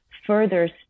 Further